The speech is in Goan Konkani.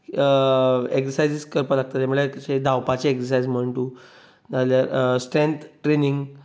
एक्सरसायसीज करपाक लागतले म्हणल्यार कशे धांवपाचे एक्सरसायज म्हण तूं नाल्यार स्ट्रेंथ ट्रेनींग